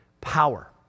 power